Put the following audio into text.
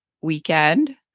weekend